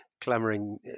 clamouring